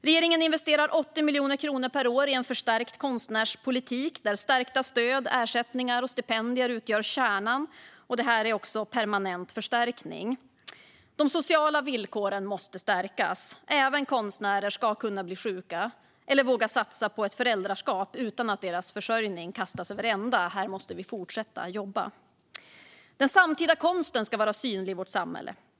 Regeringen investerar 80 miljoner kronor per år i en förstärkt konstnärspolitik, där stärkta stöd, ersättningar och stipendier utgör kärnan. Detta är också en permanent förstärkning. De sociala villkoren måste stärkas. Även konstnärer ska kunna bli sjuka eller våga satsa på ett föräldraskap utan att deras försörjning kastas över ända. Här måste vi fortsätta jobba. Den samtida konsten ska vara synlig i vårt samhälle.